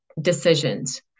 decisions